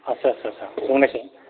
आदसा आदसा आदसा बुंनायसाय